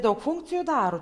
daug funkcijų daro